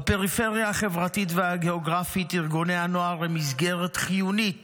בפריפריה החברתית והגיאוגרפית ארגוני הנוער הם מסגרת חיונית